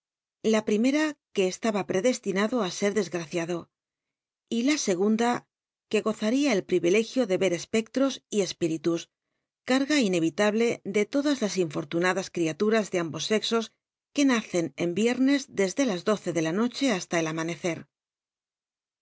la primcra que estaba l i'pdrstinado ti ser dcsgraeiado y la segunda que gozaria el iwi ilcgio de cr espcch'os y espíritus carga incl'ilable de todas las infort unadas crialums ele ambos cxos que nacen en viernes desde las doce de la noche hasta el amanecer